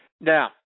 Now